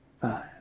five